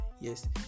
yes